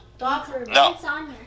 No